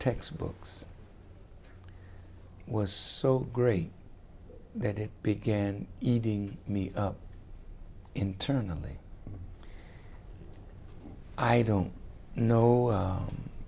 textbooks was so great that it began eating me up internally i don't know